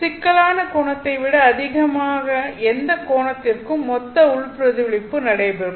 சிக்கலான கோணத்தை விட அதிகமான எந்த கோணத்திற்கும் மொத்த உள் பிரதிபலிப்பு நடைபெறும்